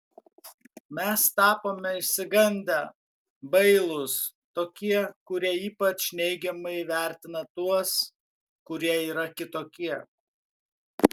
mes tapome išsigandę bailūs tokie kurie ypač neigiamai vertina tuos kurie yra kitokie